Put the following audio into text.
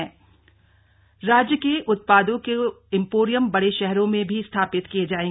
हथकरघा बैठक राज्य के उत्पादों के इम्पोरियम बड़े शहरों में भी स्थापित किये जायें